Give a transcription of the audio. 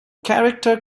character